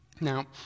Now